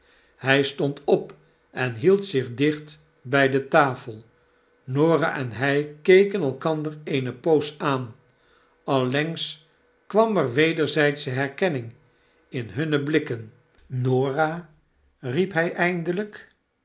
hij stond op en hield zich dicht bij de tafel norah en hij keken elkander eene poos aan allengs kwarh er wederzijdsche herkenning in hunne blikken norah riep hij eindelijk